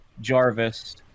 Jarvis